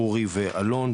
אורי ואלון,